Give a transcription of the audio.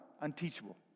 unteachable